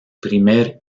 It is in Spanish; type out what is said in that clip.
primer